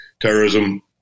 Terrorism